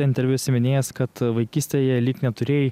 interviu esi minėjęs kad vaikystėje lyg neturėjai